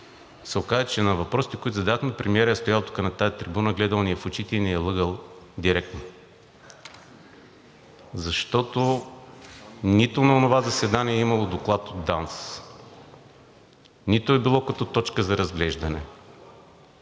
оказа, че на въпросите, които зададохме, премиерът е стоял тук, на тази трибуна, гледал ни е в очите и ни е лъгал директно, защото нито на онова заседание е имало доклад от ДАНС, нито е било като точка за разглеждане,